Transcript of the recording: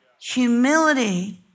Humility